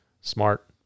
smart